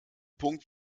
punkt